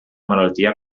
malaltia